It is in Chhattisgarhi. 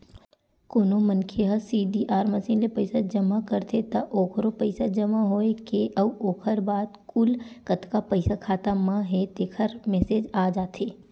कोनो मनखे ह सीडीआर मसीन ले पइसा जमा करथे त ओखरो पइसा जमा होए के अउ ओखर बाद कुल कतका पइसा खाता म हे तेखर मेसेज आ जाथे